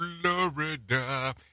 florida